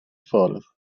ffwrdd